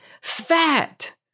fat